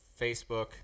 Facebook